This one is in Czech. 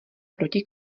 proti